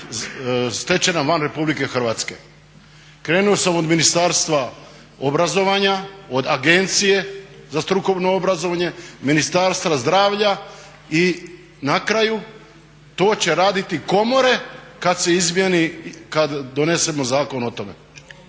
stečena van Republike Hrvatske. Krenuo sam od Ministarstva obrazovanja, od Agencije za strukovno obrazovanje, Ministarstva zdravlja i na kraju to će raditi komore kad donesemo zakon o tome.